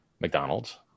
McDonald's